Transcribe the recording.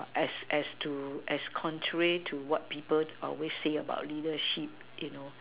as as to as contrary to what people always say about leadership you know